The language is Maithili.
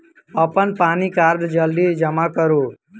अप्पन पानि कार्ड जल्दी जमा करू?